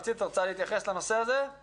צריך לשקול להרחיב את זה גם עבור אותם